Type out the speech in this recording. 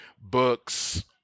books